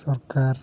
ᱥᱚᱨᱠᱟᱨ